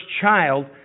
child